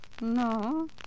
No